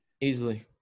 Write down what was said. easily